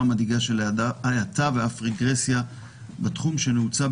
מדאיגה של האטה ואף רגרסיה בתחום שנמצא,